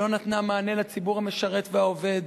שלא נתנה מענה לציבור המשרת והעובד,